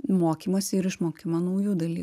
mokymosi ir išmokimą naujų dalykų